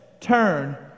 turn